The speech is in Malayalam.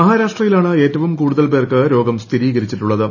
മഹാരാഷ്ട്രയിലാണ് ഏറ്റവും കൂടുതൽ പേർക്ക് രോഗം സ്ഥിരീകരിച്ചിട്ടുള്ളത്